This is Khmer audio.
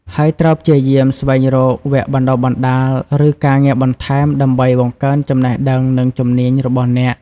ហើយត្រូវព្យាយាមស្វែងរកវគ្គបណ្តុះបណ្តាល ឬការងារបន្ថែមដើម្បីបង្កើនចំណេះដឹង និងជំនាញរបស់អ្នក។